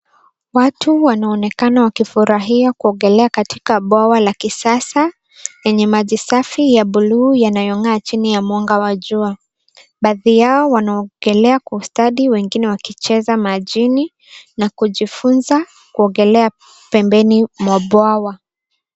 Watu wanaonekana wakifurahia kuogelea katika bwawa la kisasa yenye maji safi ya bluu yanayong'aa chini ya mwanga wa jua. Baadhi yao wanaogelea kwa ustadi wengine wakicheza majini na kujifunza kuogelea pembeni mwa bwawa.